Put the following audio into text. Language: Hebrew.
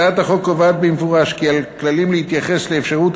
הצעת החוק קובעת במפורש כי על הכללים להתייחס לאפשרות